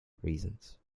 reasons